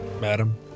Madam